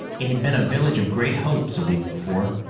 it had been a village of great hopes a week before,